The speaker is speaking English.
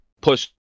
push